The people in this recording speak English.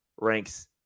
ranks